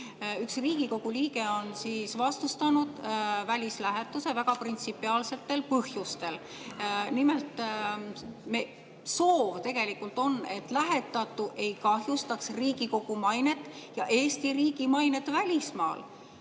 üks Riigikogu liige on vastustanud välislähetuse väga printsipiaalsetel põhjustel. Nimelt, soov on, et lähetatu ei kahjustaks Riigikogu mainet ja Eesti riigi mainet välismaal.